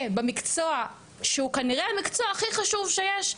במקצוע שהוא כנראה המקצוע הכי חשוב שיש,